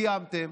קיימתם,